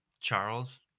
Charles